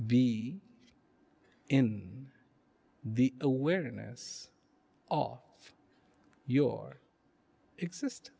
be in the awareness of your exist